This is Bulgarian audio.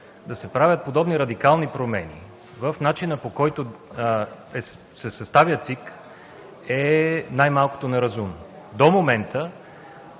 да се правят подобни радикални промени в начина, по който се съставя ЦИК, е най-малкото неразумно. До момента